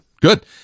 Good